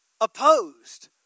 opposed